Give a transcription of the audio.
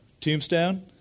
tombstone